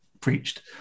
preached